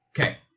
Okay